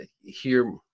hear